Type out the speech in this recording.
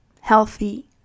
healthy